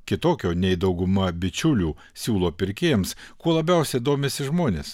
kitokio nei dauguma bičiulių siūlo pirkėjams kuo labiausiai domisi žmonės